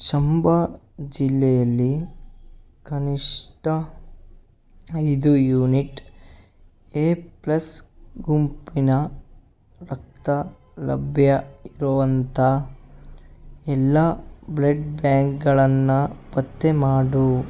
ಚಂಬಾ ಜಿಲ್ಲೆಯಲ್ಲಿ ಕನಿಷ್ಠ ಐದು ಯೂನಿಟ್ ಎ ಪ್ಲಸ್ ಗುಂಪಿನ ರಕ್ತ ಲಭ್ಯ ಇರೋವಂಥ ಎಲ್ಲ ಬ್ಲಡ್ ಬ್ಯಾಂಕ್ಗಳನ್ನು ಪತ್ತೆ ಮಾಡು